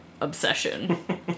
obsession